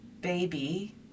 baby